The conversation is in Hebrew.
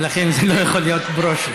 ולכן זה לא יכול להיות ברושי.